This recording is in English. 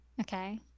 Okay